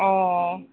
অঁ